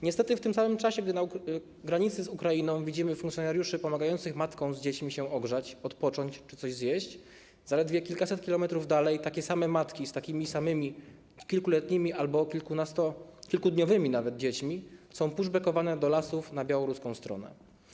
Niestety w tym samym czasie, gdy na granicy z Ukrainą widzimy funkcjonariuszy pomagających matkom z dziećmi się ogrzać, odpocząć czy coś zjeść, zaledwie kilkaset kilometrów dalej takie same matki z takimi samymi kilkuletnimi albo kilkunasto-, kilkudniowymi nawet dziećmi są pushbackowane do lasów na białoruską stronę.